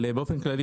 אבל באופן כללי,